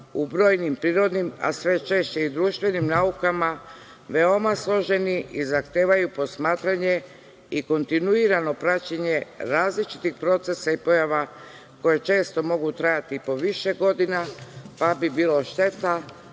u brojnim prirodnim, a sve češće i društvenim naukama, veoma složeni i zahtevaju posmatranje i kontinuirano praćenje različitih procesa i pojava koje često mogu trajati i po više godina, pa bi bilo šteta